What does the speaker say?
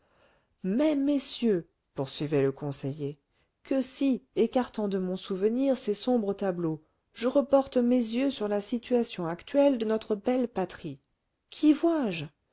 mais messieurs poursuivait le conseiller que si écartant de mon souvenir ces sombres tableaux je reporte mes yeux sur la situation actuelle de notre belle patrie qu'y vois-je